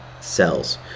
cells